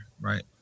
right